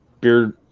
beard